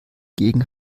gegen